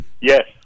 Yes